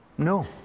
No